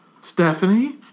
Stephanie